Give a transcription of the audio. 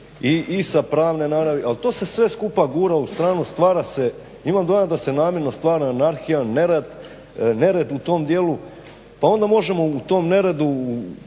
i sa pravne naravi ali to se sve skupa gura u stranu, stvara se, imam dojam da se namjerno stvara anarhija, nerad, nered u tom dijelu, pa onda možemo u tom neredu,